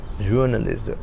journalist